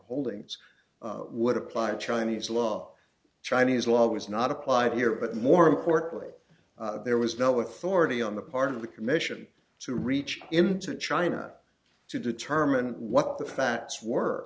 holdings would apply in chinese law chinese law was not applied here but more importantly there was no authority on the part of the commission to reach into china to determine what the facts were